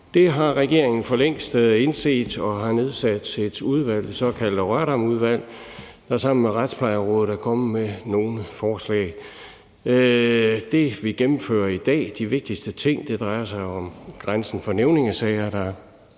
Det har regeringen for længst indset, og de har nedsat et udvalg – det såkaldte Rørdamudvalg – der sammen med Retsplejerådet er kommet med nogle forslag. Det, vi gennemfører i dag, er de vigtigste ting, og det drejer sig om grænsen for nævningesager,